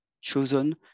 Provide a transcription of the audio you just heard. chosen